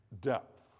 depth